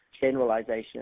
generalization